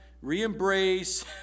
re-embrace